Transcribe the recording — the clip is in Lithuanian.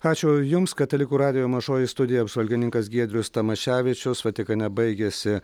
ačiū jums katalikų radijo mažoji studija apžvalgininkas giedrius tamaševičius vatikane baigėsi